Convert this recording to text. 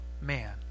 man